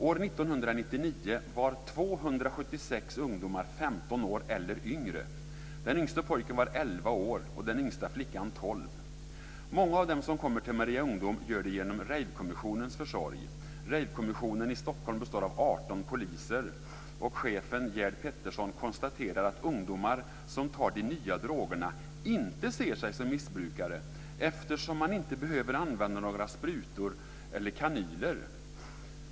År Många av dem som kommer till Maria ungdom gör det genom rejvkommissionens försorg. Rejvkommissionen i Stockholm består av 18 poliser. Chefen Gerd Petersson konstaterar att ungdomar som tar de nya drogerna inte ser sig som missbrukare, eftersom man inte behöver använda några sprutor eller kanyler.